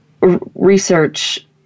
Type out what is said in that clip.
research